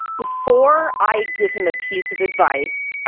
before i give him a piece of advice,